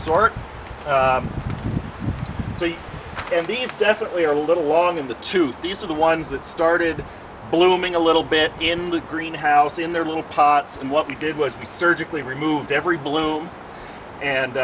you and these definitely are a little long in the tooth these are the ones that started blooming a little bit in the greenhouse in their little pots and what we did was we surgically removed every bloom